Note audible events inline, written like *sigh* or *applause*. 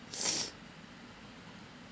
*noise*